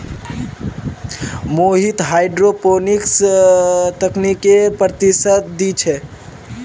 Mohit hydroponics तकनीकेर प्रशिक्षण दी छे